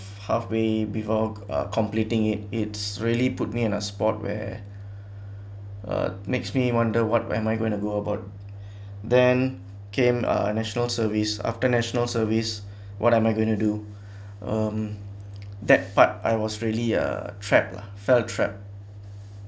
halfway before uh completing it it's really put me in a spot where uh makes me wonder what am I going to go about then came a national service after national service what am I gonna do um that part I was really uh trapped lah fell trapped